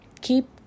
keep